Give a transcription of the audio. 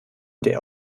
der